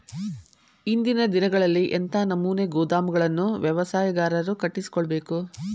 ಇಂದಿನ ದಿನಗಳಲ್ಲಿ ಎಂಥ ನಮೂನೆ ಗೋದಾಮುಗಳನ್ನು ವ್ಯವಸಾಯಗಾರರು ಕಟ್ಟಿಸಿಕೊಳ್ಳಬೇಕು?